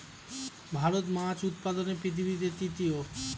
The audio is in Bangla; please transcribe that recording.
ভারত মাছ উৎপাদনে পৃথিবীতে তৃতীয়